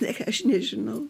ne aš nežinau